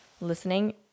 listening